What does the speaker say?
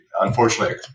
unfortunately